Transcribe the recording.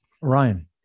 Ryan